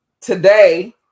today